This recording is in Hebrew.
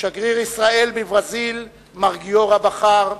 שגריר ישראל בברזיל, מר גיורא בכר,